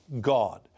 God